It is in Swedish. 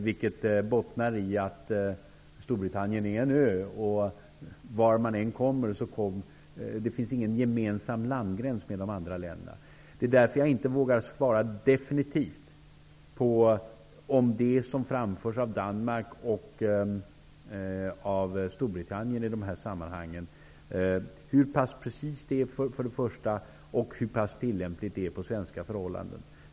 Detta bottnar ju i att Storbritannien är en ö och inte har gemensamma landgränser med andra länder. Därför vågar jag inte ge ett definitivt svar på frågan om hur pass precist det som framförs av Danmark och Storbritannien i de här sammanhangen är. Inte heller vågar jag uttala mig om hur pass tillämpligt det är på svenska förhållanden.